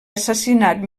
assassinat